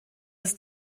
des